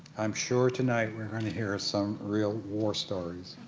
i'm sure tonight we're going to hear some real war stories.